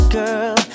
girl